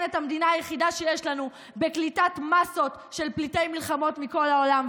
את המדינה היחידה שיש לנו בקליטת מאסות של פליטי מלחמות מכל העולם.